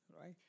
right